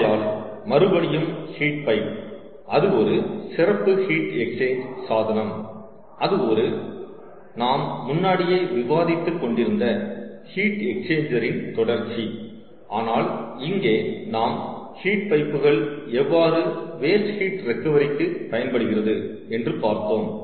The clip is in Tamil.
ஆகையால் மறுபடியும் ஹீட் பைப் அது ஒரு சிறப்பு ஹீட் எக்ஸ்சேஞ் சாதனம் அது ஒரு நாம் முன்னாடியே விவாதித்துக் கொண்டிருந்த ஹீட் எக்ஸ்சேஞ்சரின் தொடர்ச்சி ஆனால் இங்கே நாம் ஹீட் பைப்புகள் எவ்வாறு வேஸ்ட் ஹீட் ரெகவரிக்கு பயன்படுகிறது என்று பார்த்தோம்